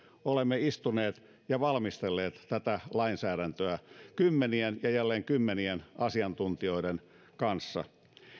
olemme istuneet ja valmistelleet tätä lainsäädäntöä kymmenien ja jälleen kymmenien asiantuntijoiden kanssa